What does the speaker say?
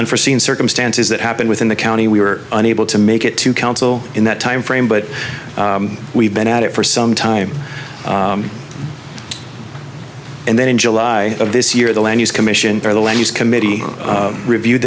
unforseen circumstances that happened within the county we were unable to make it to council in that time frame but we've been at it for some time and then in july of this year the land use commission or the land use committee review